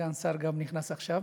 סגן השר נכנס עכשיו.